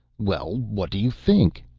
well, what do you think?